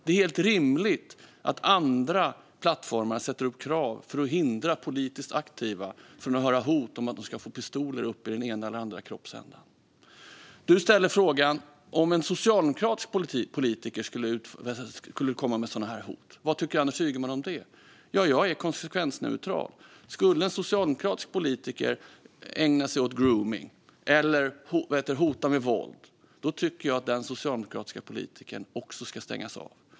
Det är helt rimligt att andra plattformar ställer upp krav för att hindra politiskt aktiva från att höra hot om att de ska få pistoler upptryckta i den ena eller andra kroppsändan. Josef Fransson frågar: Om en socialdemokratisk politiker skulle komma med sådana här hot, vad tycker Anders Ygeman om det? Jag är konsekvensneutral. Skulle en socialdemokratisk politiker ägna sig åt gromning eller hota med våld tycker jag att den socialdemokratiska politikern också ska stängas av.